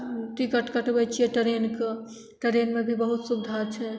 ticket कटबै छिए ट्रेनके ट्रेनमे भी बहुत सुविधा छै